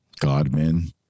Godmen